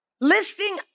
Listing